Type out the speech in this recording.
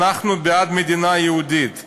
אנחנו בעד מדינה יהודית,